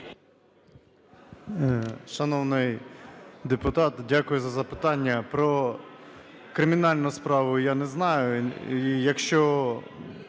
Шановний депутат, дякую за запитання. Про кримінальну справу я не знаю.